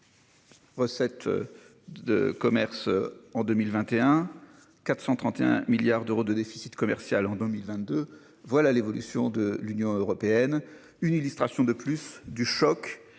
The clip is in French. Recettes. De commerce en 2021, 431 milliards d'euros de déficit commercial en 2022. Voilà l'évolution de l'Union européenne. Une illustration de plus du choc